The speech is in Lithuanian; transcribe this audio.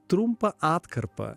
trumpą atkarpą